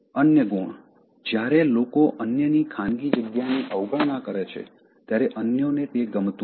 અન્ય ગુણ જ્યારે લોકો અન્યની ખાનગી જગ્યાની અવગણના કરે છે ત્યારે અન્યો ને તે ગમતું નથી